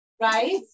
right